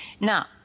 Now